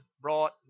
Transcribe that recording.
brought